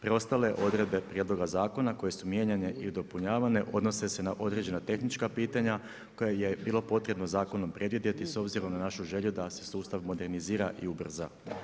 Preostale odredbe prijedloga zakona koji su mijenjane i dopunjavane odnose na određena tehnička pitanja koja je bilo potrebno zakonom predvidjeti s obzirom na našu želju da se sustav modernizira i ubrza.